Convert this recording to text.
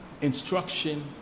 instruction